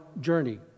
journey